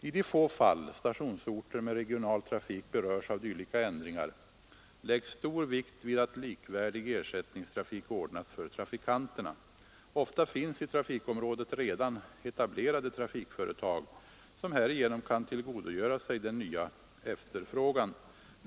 I de få fall stationsorter med regional trafik berörs av dylika ändringar läggs stor vikt vid att likvärdig ersättningstrafik ordnas för trafikanterna. Ofta finns i trafikområdet redan etablerade trafikföretag, som härigenom kan tillgodogöra sig den nya efterfrågan.